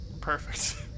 Perfect